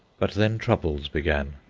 but then troubles began.